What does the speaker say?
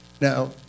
Now